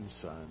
Son